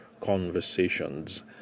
Conversations